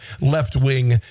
left-wing